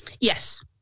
Yes